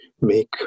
make